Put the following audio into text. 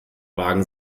wagen